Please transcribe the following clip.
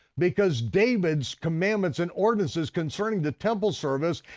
because david's commandments and ordinances concerning the temple service,